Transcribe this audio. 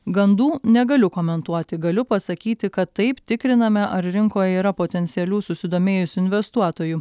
gandų negaliu komentuoti galiu pasakyti kad taip tikriname ar rinkoj yra potencialių susidomėjusių investuotojų